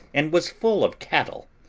and was full of cattle,